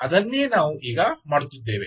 ಅದನ್ನೇ ನಾವು ಈಗ ಮಾಡುತ್ತಿದ್ದೇವೆ